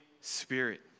Spirit